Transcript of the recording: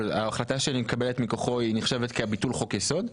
אבל ההחלטה שם שנתקבלת מכוחו היא נחשבת כביטול חוק יסוד?